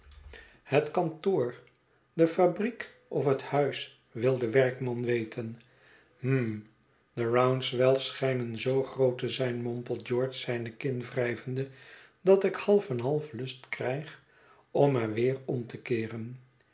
het kantoor de fabriek of het huis wil de werkman weten hm i de rouncewelps schijnen zoo groot te zijn mompelt george zyne kin wrijvende dat ik half en half lust krijg om maar weer om te keeren